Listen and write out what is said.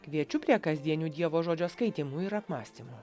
kviečiu prie kasdienių dievo žodžio skaitymui ir apmąstymų